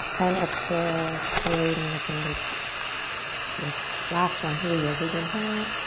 and exhale floating the fingertips to your side last one. here we go big inhale